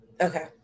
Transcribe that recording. Okay